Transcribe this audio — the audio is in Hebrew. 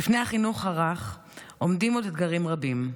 בפני החינוך הרך עומדים עוד אתגרים רבים,